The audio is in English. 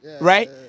Right